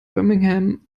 birmingham